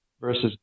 versus